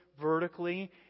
vertically